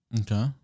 Okay